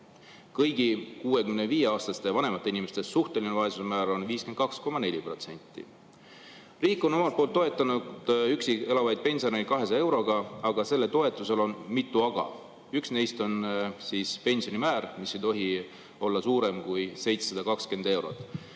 Kõigi 65‑aastaste ja vanemate inimeste suhtelise vaesuse määr on 52,4%. Riik on omalt poolt toetanud üksi elavaid pensionäre 200 euroga, aga sellel toetusel on mitu aga. Üks neist on pensionimäär, mis ei tohi olla suurem kui 720 eurot,